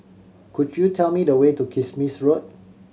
could you tell me the way to Kismis Road